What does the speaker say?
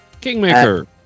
Kingmaker